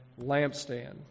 lampstand